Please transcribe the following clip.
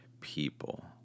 people